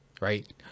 right